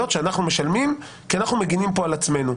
שאנחנו משלמים כי אנחנו מגנים פה על עצמנו.